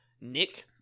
nick